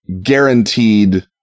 guaranteed